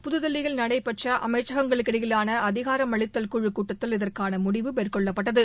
புதுதில்லியில் நடைபெற்ற அமைச்சகங்களுக்கு இடையிலான அதிகாரம் அளித்தல் குழு கூட்டத்தில் இதற்கான முடிவு மேற்கொள்ளப்பட்டது